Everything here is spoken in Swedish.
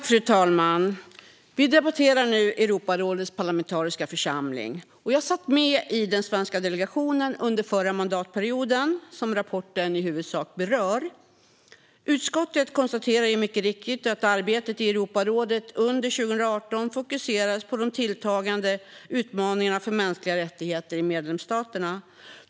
Fru talman! Vi debatterar om Europarådets parlamentariska församling. Jag satt med i den svenska delegationen under förra mandatperioden, som rapporten i huvudsak berör. Utskottet konstaterar mycket riktigt att arbetet i Europarådet under 2018 fokuserats på de tilltagande utmaningarna för mänskliga rättigheter i medlemsstaterna.